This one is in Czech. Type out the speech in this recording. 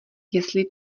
jestli